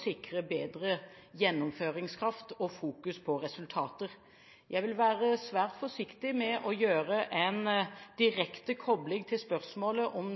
sikre bedre gjennomføringskraft og vektlegging av resultater. Jeg vil være svært forsiktig med å gjøre en direkte kobling til spørsmålet om